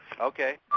Okay